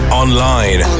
online